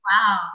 Wow